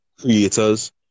creators